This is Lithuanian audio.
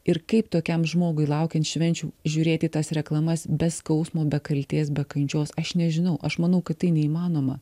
ir kaip tokiam žmogui laukiant švenčių žiūrėti į tas reklamas be skausmo be kaltės be kančios aš nežinau aš manau kad tai neįmanoma